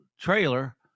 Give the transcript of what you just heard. trailer